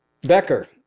Becker